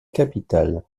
capitale